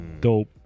dope